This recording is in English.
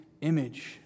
image